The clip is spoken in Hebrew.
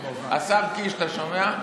השר קיש, אתה שומע?